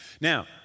Now